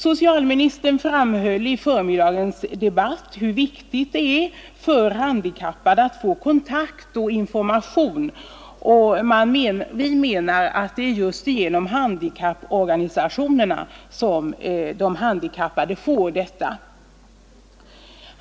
Socialministern framhöll i förmiddagens debatt hur viktigt det är för handikappade att få kontakt och information, och vi menar att det är just genom handikapporganisationerna, som de handikappade får detta.